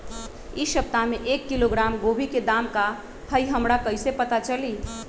इ सप्ताह में एक किलोग्राम गोभी के दाम का हई हमरा कईसे पता चली?